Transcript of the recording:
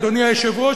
אדוני היושב-ראש,